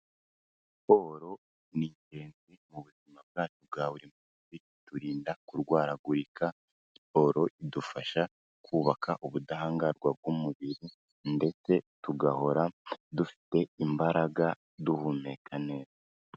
Siporo ni ingenzi mu buzima bwacu bwa buri munsi, iturinda kurwaragurika; siporo idufasha kubaka ubudahangarwa bw'umubiri ndetse tugahora dufite imbaraga, duhumeka neza.